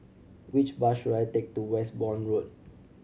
which bus should I take to Westbourne Road